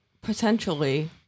Potentially